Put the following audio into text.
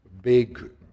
big